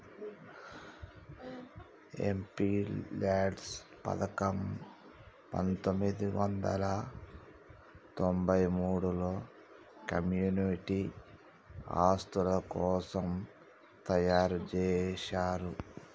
MPLADS పథకం పందొమ్మిది వందల తొంబై మూడులో కమ్యూనిటీ ఆస్తుల కోసం తయ్యారుజేశారు